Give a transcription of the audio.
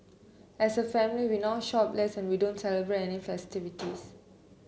as a family we now shop less and we don't celebrate any festivities